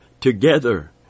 together